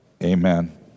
Amen